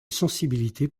sensibilité